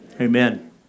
amen